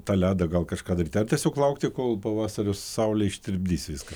tą ledą gal kažką dar ar tiesiog laukti kol pavasario saulė ištirpdys viską